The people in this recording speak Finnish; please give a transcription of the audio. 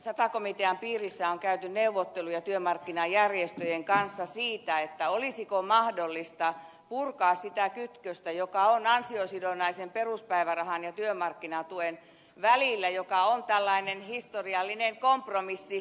sata komitean piirissä on käyty neuvotteluja työmarkkinajärjestöjen kanssa siitä olisiko mahdollista purkaa sitä kytköstä joka on ansiosidonnaisen peruspäivärahan ja työmarkkinatuen välillä joka on tällainen historiallinen kompromissi